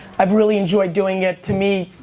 i've really enjoyed doing it. to me,